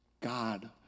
God